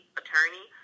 attorney